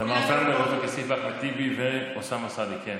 תמר זנדברג, עופר כסיף, אחמד טיבי ואוסאמה סעדי.